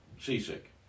seasick